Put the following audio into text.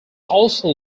also